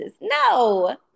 No